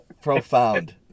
profound